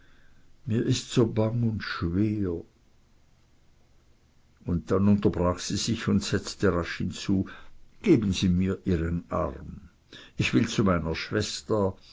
mir ist so bang und schwer und dann unterbrach sie sich und setzte rasch hinzu geben sie mir ihren arm ich will zu meiner schwester